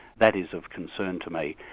that is of concern to me.